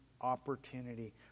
opportunity